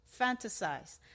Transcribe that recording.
fantasize